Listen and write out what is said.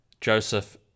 Joseph